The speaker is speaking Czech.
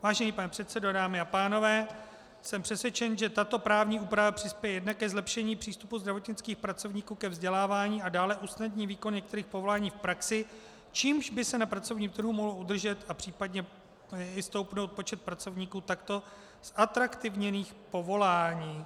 Vážený pane předsedo, dámy a pánové, jsem přesvědčen, že tato právní úprava přispěje jednak ke zlepšení přístupu zdravotnických pracovníků ke vzdělávání a dále usnadní výkon některých povolání v praxi, čímž by se na pracovním trhu mohl udržet a případně i stoupnout počet pracovníků takto zatraktivněných povolání.